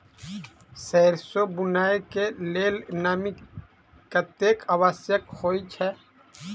सैरसो बुनय कऽ लेल नमी कतेक आवश्यक होइ छै?